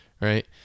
right